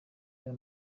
real